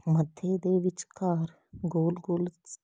ਮੱਥੇ ਦੇ ਵਿਚਕਾਰ ਗੋਲ ਗੋਲ